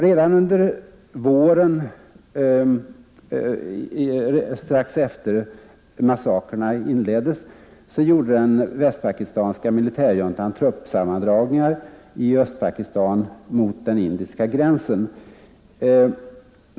Redan under våren strax efter det massakrerna inletts gjorde den västpakistanska militärjuntan truppsammandragningar i Östpakistan mot den indiska gränsen.